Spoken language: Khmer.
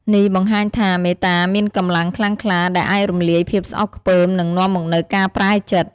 នេះបង្ហាញថា មេត្តាមានកម្លាំងខ្លាំងក្លាដែលអាចរំលាយភាពស្អប់ខ្ពើម និងនាំមកនូវការប្រែចិត្ត។